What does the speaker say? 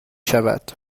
شود